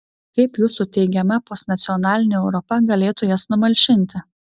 kaip jūsų teigiama postnacionalinė europa galėtų jas numalšinti